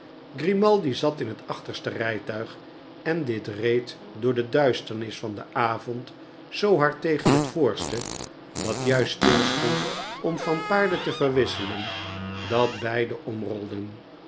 grimaldi zat in het achterste rijtuig en dit reed door de duisternis van den avond zoo hard tegen het voorste dat juist stilstond om van paarden te verwisselen dat beide